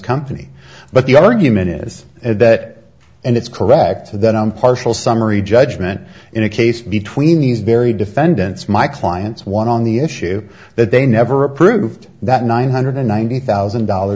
company but the argument is that and it's correct that on partial summary judgment in a case between these very defendants my clients want on the issue that they never approved that nine hundred ninety thousand dollar